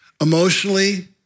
Emotionally